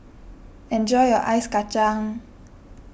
enjoy your Ice Kachang